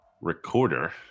recorder